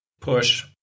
push